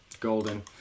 Golden